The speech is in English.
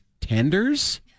tenders